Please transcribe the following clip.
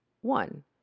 one